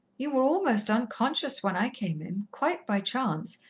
you were almost unconscious when i came in, quite by chance,